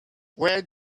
where